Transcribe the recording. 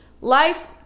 life